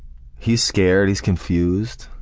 he's scared, he's confused,